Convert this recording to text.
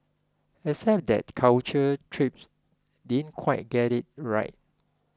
except that Culture Trip didn't quite get it right